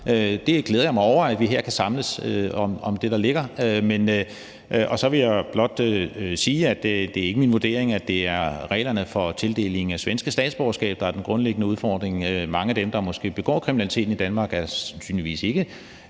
Der glæder jeg mig over, at vi her kan samles om det, der ligger. Så vil jeg blot sige, at det ikke er min vurdering, at det er reglerne for tildeling af svensk statsborgerskab, der er den grundlæggende udfordring. Mange af dem, der måske begår kriminaliteten, er sandsynligvis endnu